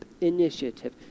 initiative